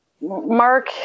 Mark